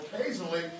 Occasionally